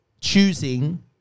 choosing